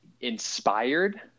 inspired